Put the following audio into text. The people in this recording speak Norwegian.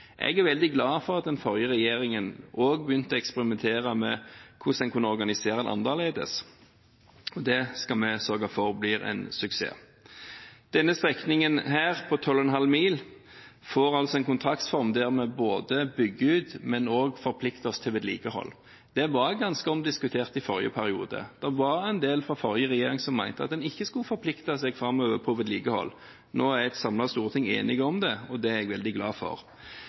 Jeg er veldig glad for at den forrige regjeringen også begynte å eksperimentere med hvordan en kunne organisere det annerledes. Det skal vi sørge for blir en suksess. Denne strekningen, på 12,5 mil, får altså en kontraktsform der vi både bygger ut og forplikter oss til vedlikehold. Det var ganske omdiskutert i forrige periode. Det var en del fra forrige regjering som mente at en ikke skulle forplikte seg framover på vedlikehold. Nå er et samlet storting enig om dette, og det er jeg veldig glad for.